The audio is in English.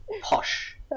posh